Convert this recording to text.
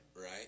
Right